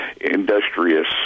industrious